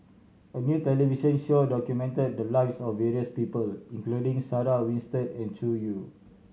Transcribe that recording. a new television show documented the lives of various people including Sarah Winstedt and Zhu Xu